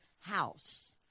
house